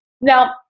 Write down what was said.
Now